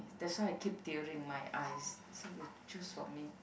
that's why I keep tearing my eyes so you choose for me